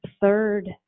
third